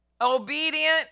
Obedient